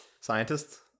Scientists